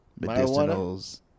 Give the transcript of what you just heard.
medicinals